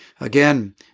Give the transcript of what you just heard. Again